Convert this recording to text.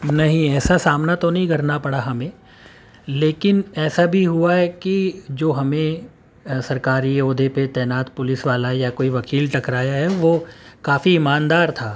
نہیں ایسا سامنا تو نہیں کرنا پڑا ہمیں لیکن ایسا بھی ہوا ہے کہ جو ہمیں سرکاری عہدے پہ تعینات پولیس والا یا کوئی وکیل ٹکرایا ہے وہ کافی ایماندار تھا